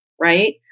right